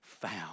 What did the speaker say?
found